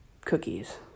cookies